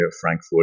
Frankfurt